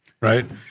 right